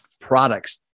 products